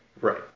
Right